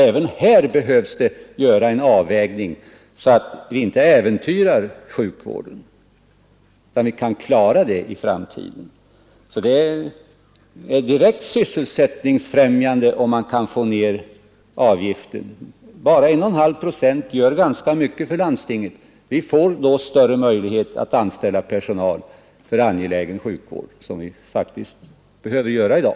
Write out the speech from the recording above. Även här behövs en avvägning så att vi inte äventyrar sjukvården utan kan klara den i framtiden. Det är direkt sysselsättningsbefrämjande om man kan få ned avgiften 1,5 procent. Landstingen får då större möjlighet att anställa personal för angelägen sjukvård, och det behöver de faktiskt göra i dag.